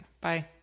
Bye